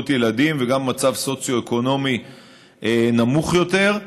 ילדים וגם מצב סוציו-אקונומי נמוך יותר,